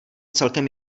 celkem